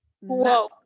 Whoa